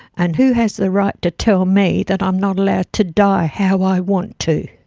and who has the right to tell me that i'm not allowed to die how i want to.